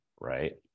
right